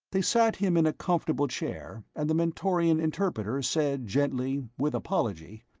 they sat him in a comfortable chair, and the mentorian interpreter said gently, with apology